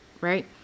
right